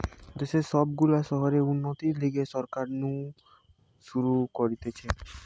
দেশের সব গুলা শহরের উন্নতির লিগে সরকার নু শুরু করতিছে